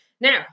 Now